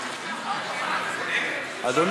בבקשה, אדוני.